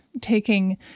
taking